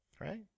right